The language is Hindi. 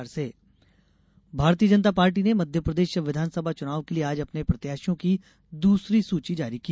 भाजपा लिस्ट भारतीय जनता पार्टी ने मध्यप्रदेश विधानसभा चुनाव के लिये आज अपने प्रत्याशियों की दूसरी सूची जारी की